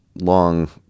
long